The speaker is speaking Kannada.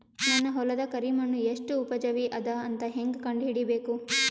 ನನ್ನ ಹೊಲದ ಕರಿ ಮಣ್ಣು ಎಷ್ಟು ಉಪಜಾವಿ ಅದ ಅಂತ ಹೇಂಗ ಕಂಡ ಹಿಡಿಬೇಕು?